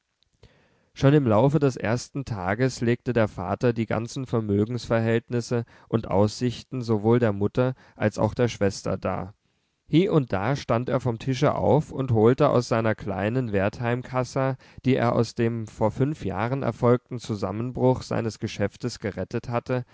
schon im laufe des ersten tages legte der vater die ganzen vermögensverhältnisse und aussichten sowohl der mutter als auch der schwester dar hie und da stand er vom tische auf und holte aus seiner kleinen wertheimkassa die er aus dem vor fünf jahren erfolgten zusammenbruch seines geschäftes gerettet hatte